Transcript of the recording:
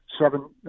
seven